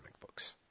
books